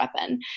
weapon